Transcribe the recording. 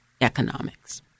economics